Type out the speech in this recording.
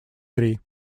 три